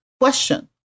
question